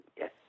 yes